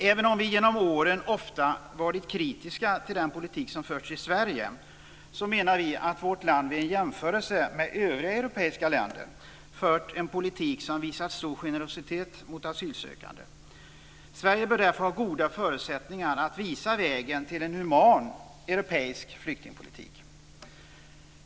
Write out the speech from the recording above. Även om vi genom åren ofta har varit kritiska till den politik som har förts i Sverige menar vi att vårt land vid en jämförelse med övriga europeiska länder har fört en politik som har visat stor generositet mot asylsökande. Sverige bör därför ha goda förutsättningar att visa vägen till en human europeisk flyktingpolitik.